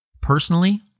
Personally